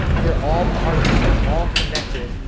they're all part of it. so it's all connected,